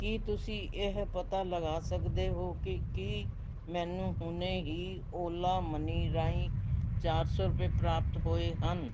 ਕੀ ਤੁਸੀਂਂ ਇਹ ਪਤਾ ਲਗਾ ਸਕਦੇ ਹੋ ਕਿ ਕੀ ਮੈਨੂੰ ਹੁਣੇ ਹੀ ਓਲਾ ਮਨੀ ਰਾਹੀਂ ਚਾਰ ਸੌ ਰੁਪਏ ਪ੍ਰਾਪਤ ਹੋਏ ਹਨ